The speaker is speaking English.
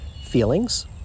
Feelings